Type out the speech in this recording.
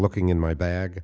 looking in my bag